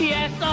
Yes